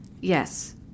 Yes